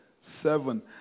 Seven